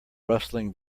rustling